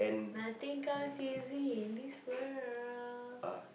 nothing comes easy in this world